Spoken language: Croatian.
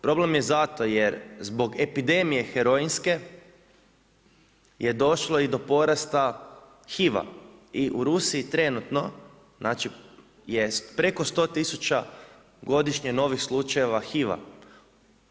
Problem je zato jer zbog epidemije heroinske je došlo i do porasta HIV-a i u Rusiji trenutno je preko 100 000 godišnje novih slučajeva HIV-a.